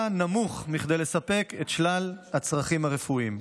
נמוך מכדי לספק את שלל הצרכים הרפואיים.